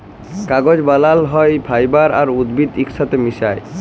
কাগজ বালাল হ্যয় ফাইবার আর উদ্ভিদ ইকসাথে মিশায়